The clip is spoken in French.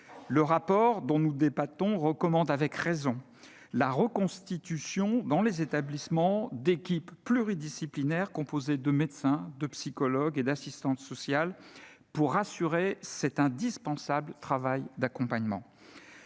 Le rapport dont nous débattons recommande avec raison la reconstitution, dans les établissements, d'équipes pluridisciplinaires composées de médecins, de psychologues et d'assistantes sociales, pour assurer cet indispensable travail d'accompagnement.